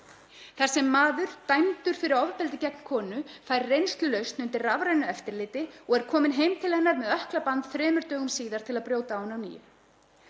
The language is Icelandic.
Þessi maður, dæmdur fyrir ofbeldi gegn konu, fær reynslulausn undir rafrænu eftirliti og er kominn heim til hennar með ökklaband þremur dögum síðar til að brjóta á henni að nýju.